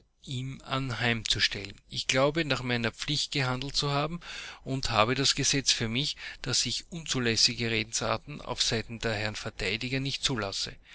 ihm anheimzustellen ich glaube nach meiner pflicht gehandelt zu haben und habe das gesetz für mich daß ich unzulässige redensarten auf seiten der herren verteidiger nicht zulasse